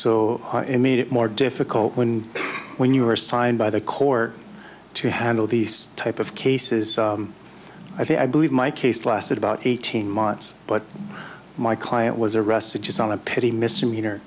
so it made it more difficult when when you were signed by the corps to handle these type of cases i believe my case lasted about eighteen months but my client was arrested just on a pity misdemeanor